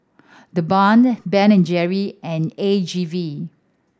The Balm Ben and Jerry and A G V